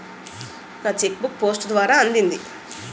నా cheque book post ద్వారా అందింది